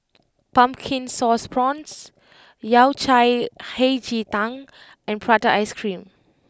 Pumpkin Sauce Prawns Yao Cai Hei Ji Tang and Prata Ice Cream